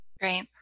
great